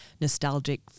nostalgic